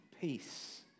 peace